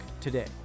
today